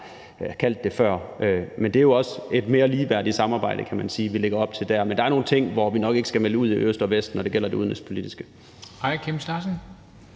kaldt det. Men det er jo også et mere ligeværdigt samarbejde, kan man sige, vi lægger op til dér. Men der er nogle ting, som vi nok ikke skal melde ud i øst og vest, når det gælder det udenrigspolitiske.